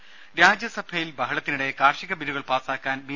രമേ രാജ്യസഭയിൽ ബഹളത്തിനിടെ കാർഷിക ബില്ലുകൾ പാസാക്കാൻ ബി